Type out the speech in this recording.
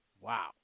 Wow